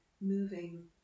moving